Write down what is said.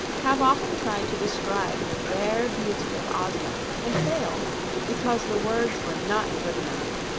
have often tried to describe the rare beauty of ozma and failed because the words were not good enough.